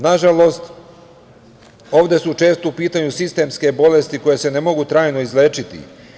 Nažalost, ovde su često u pitanju sistemske bolesti koje se ne mogu trajno izlečiti.